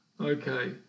okay